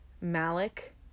Malik